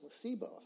placebo